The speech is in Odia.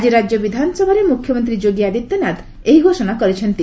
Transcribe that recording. ଆଜି ରାଜ୍ୟ ବିଧାନସଭାରେ ମୁଖ୍ୟମନ୍ତ୍ରୀ ଯୋଗୀ ଆଦିତ୍ୟନାଥ ଏହି ଘୋଷଣା କରିଛନ୍ତି